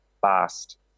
fast